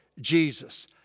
Jesus